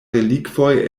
relikvoj